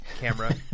camera